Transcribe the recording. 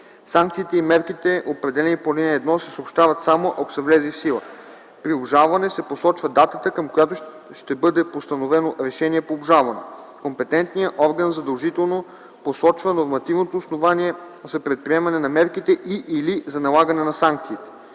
Санкциите и мерките, определени в ал. 1, се съобщават само ако са влезли в сила. При обжалване, се посочва датата към която ще бъде постановено решение по обжалването. Компетентният орган задължително посочва нормативното основание за предприемане на мерките и/или за налагане на санкциите.